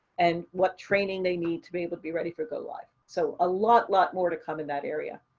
and what training they need to be able to be ready for go live. so a lot lot more to come in that area.